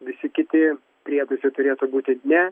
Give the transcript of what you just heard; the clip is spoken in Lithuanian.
visi kiti prietaisai turėtų būti ne